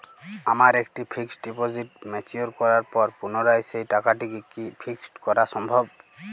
আমার একটি fixed deposit mature করার পর পুনরায় সেই টাকাটিকে কি ফিক্সড করা সম্ভব?